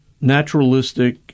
naturalistic